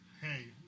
hey